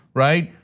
right?